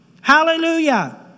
Hallelujah